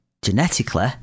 genetically